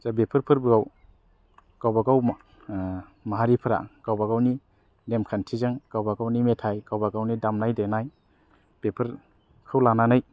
बेफोर फोरबोआव गावबा गाव माहारि फोरा गावबा गावनि नेमखान्थिजों गावबा गावनि मेथाइ गावबा गावनि दामनाय देनाय बेफोरखौ लानानै